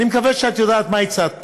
אני מקווה שאת יודעת מה הצעת פה.